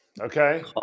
okay